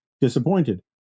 disappointed